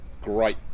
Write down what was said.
great